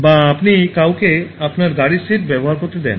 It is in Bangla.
বা আপনি কাউকে আপনার গাড়ীর সিট ব্যবহার করতে দেন